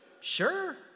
Sure